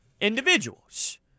individuals